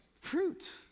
Fruit